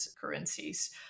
currencies